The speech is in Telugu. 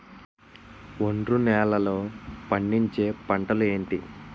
ఒండ్రు నేలలో పండించే పంటలు ఏంటి?